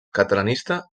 catalanista